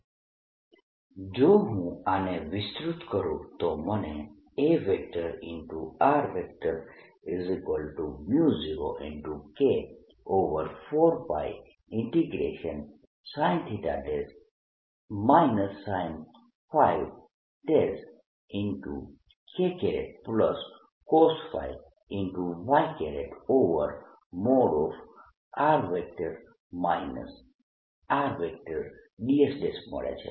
A04πJ r|r r|dV JKsinθ δ A04πKsin|r R|ds જો હું આને વિસ્તૃત કરું તો મને A0K4πsinθ sinxcosϕy|r R|ds મળે છે જયાં ds સ્ફીયર પરનો સરફેસ એરિયા છે